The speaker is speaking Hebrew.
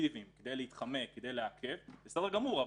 אקטיביים כדי להתחמק ולעכב בסדר גמור.